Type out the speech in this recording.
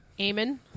Amen